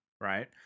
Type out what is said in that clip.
right